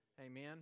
Amen